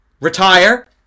Retire